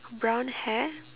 brown hair